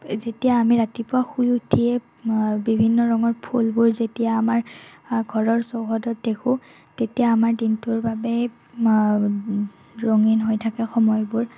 যেতিয়া আমি ৰাতিপুৱা শুই উঠিয়ে বিভিন্ন ৰঙৰ ফুলবোৰ যেতিয়া আমাৰ ঘৰৰ চৌহদত দেখোঁ তেতিয়া আমাৰ দিনটোৰ বাবে ৰঙীন হৈ থাকে সময়বোৰ